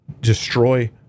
destroy